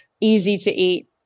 easy-to-eat